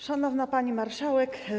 Szanowna Pani Marszałek!